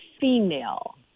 female